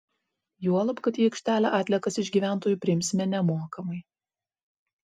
juolab kad į aikštelę atliekas iš gyventojų priimsime nemokamai